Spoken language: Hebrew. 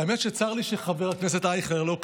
האמת היא שצר לי שחבר הכנסת אייכלר לא כאן,